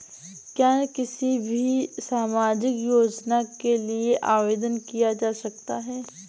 क्या किसी भी सामाजिक योजना के लिए आवेदन किया जा सकता है?